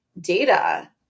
data